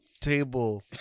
Table